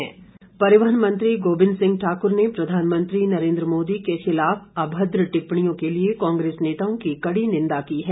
गोबिंद ठाकुर परिवहन मंत्री गोबिंद सिंह ठाकुर ने प्रधानमंत्री नरेंद्र मोदी के खिलाफ अभद्र टिप्पणियों के लिए कांग्रेस नेताओं की कडी निंदा की है